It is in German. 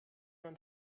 man